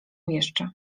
jeszcze